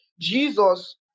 Jesus